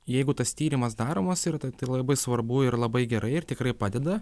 jeigu tas tyrimas daromas ir ta tai labai svarbu ir labai gerai ir tikrai padeda